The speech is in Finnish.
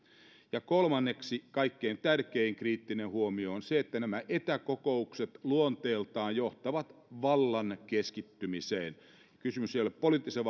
kolmanneksi kaikkein tärkein kriittinen huomio on se että nämä etäkokoukset luonteeltaan johtavat vallan keskittymiseen kysymys ei ole poliittisen